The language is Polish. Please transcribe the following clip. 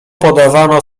podawano